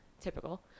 Typical